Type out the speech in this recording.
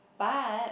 but